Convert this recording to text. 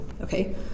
okay